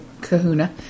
kahuna